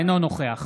אינו נוכח